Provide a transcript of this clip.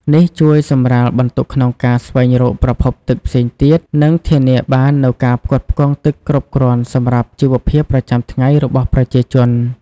នេះជួយសម្រាលបន្ទុកក្នុងការស្វែងរកប្រភពទឹកផ្សេងទៀត និងធានាបាននូវការផ្គត់ផ្គង់ទឹកគ្រប់គ្រាន់សម្រាប់ជីវភាពប្រចាំថ្ងៃរបស់ប្រជាជន។